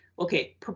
okay